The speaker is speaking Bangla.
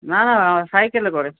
না না না সাইকেলে করে